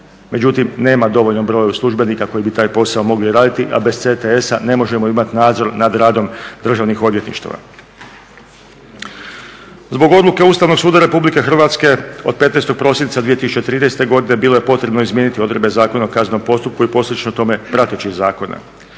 Međutim, nema dovoljan broj službenika koji bi taj posao mogli raditi, a bez CTS-a ne možemo imati nadzor nad radom državnih odvjetništava. Zbog odluke Ustavnog suda Republike Hrvatske od 15. prosinca 2013. godine bilo je potrebno izmijeniti Odredbe Zakona o kaznenom postupku i posljedično tome prateći zakone.